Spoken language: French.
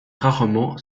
rarement